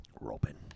Robin